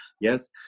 Yes